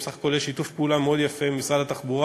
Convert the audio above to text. ובסך הכול יש שיתוף פעולה מאוד יפה עם משרד התחבורה,